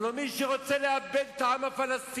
הלוא מי שרוצה לאבד את העם הפלסטיני